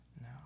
No